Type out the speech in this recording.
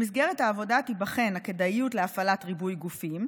במסגרת העבודה תיבחן הכדאיות להפעלת ריבוי גופים,